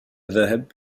ذاهب